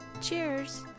Cheers